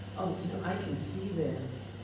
ah you know i can see this,